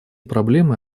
проблемы